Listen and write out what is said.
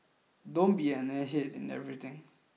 don't be an airhead in everything